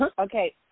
Okay